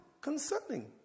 concerning